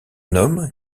homme